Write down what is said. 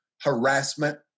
harassment